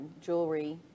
jewelry